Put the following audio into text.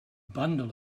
bundle